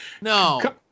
no